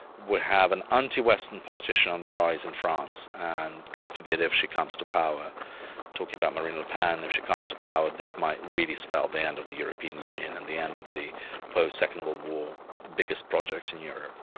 we have an anti-western politician on the rise in france, and god forbid if she comes to power, i'm talking about marine le pen, if she comes to power this might really spell the end of the european union and the end of the post-second world war biggest project in europe.